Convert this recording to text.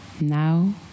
now